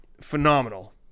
phenomenal